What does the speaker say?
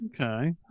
okay